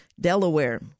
Delaware